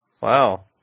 Wow